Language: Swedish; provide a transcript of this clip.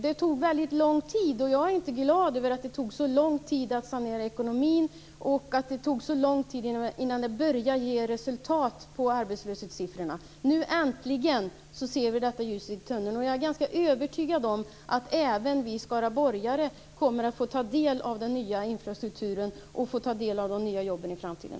Det tog mycket lång tid, och jag är inte glad över att det tog så lång tid att sanera ekonomin och att det tog så lång tid innan det började ge resultat på arbetslöshetssiffrorna. Nu äntligen ser vi detta ljus i tunneln. Och jag är ganska övertygad om att även vi skaraborgare kommer att få ta del av den nya infrastrukturen och de nya jobben i framtiden.